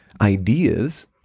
ideas